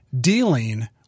Dealing